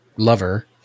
lover